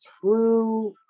true